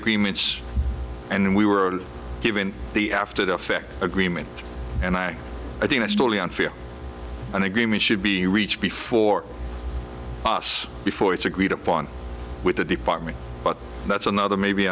agreements and we were given the after effect agreement and i think it's totally unfair an agreement should be reached before us before it's agreed upon with the department but that's another maybe